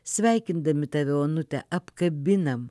sveikindami tave onute apkabinam